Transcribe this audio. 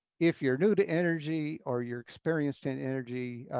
if you're new to energy or you're experienced in energy,